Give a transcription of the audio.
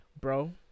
Bro